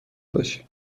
باشه